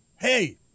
Hey